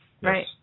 right